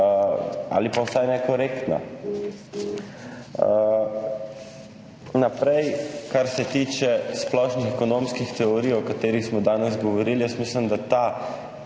ali pa vsaj nekorektni. Nadalje, kar se tiče splošnih ekonomskih teorij, o katerih smo danes govorili. Mislim, da so